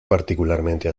particularmente